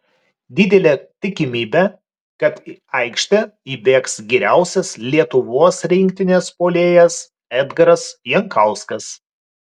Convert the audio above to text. didelė tikimybė kad į aikštę įbėgs geriausias lietuvos rinktinės puolėjas edgaras jankauskas